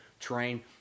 train